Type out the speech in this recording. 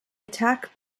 attack